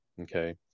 Okay